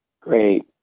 Great